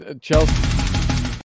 Chelsea